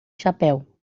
chapéu